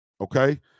okay